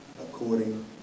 according